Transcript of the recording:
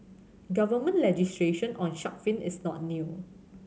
government legislation on shark fin is not new